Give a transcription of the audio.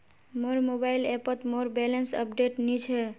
मोर मोबाइल ऐपोत मोर बैलेंस अपडेट नि छे